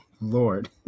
lord